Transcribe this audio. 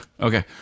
Okay